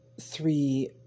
three